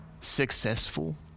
successful